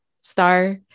Star